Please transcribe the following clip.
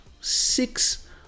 six